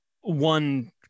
one